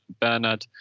Bernard